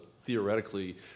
Theoretically